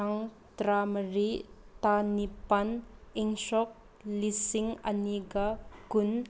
ꯇꯥꯡ ꯇꯔꯥ ꯃꯔꯤ ꯊꯥ ꯅꯤꯄꯥꯜ ꯏꯪ ꯁꯣꯛ ꯂꯤꯁꯤꯡ ꯑꯅꯤꯒ ꯀꯨꯟ